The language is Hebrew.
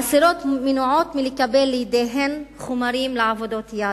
האסירות מנועות מלקבל לידיהן חומרים לעבודות יד.